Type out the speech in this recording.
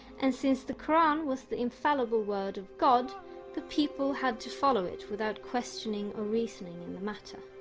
and since the koran was the infallible word of god the people had to follow it without questioning or reasoning in the matter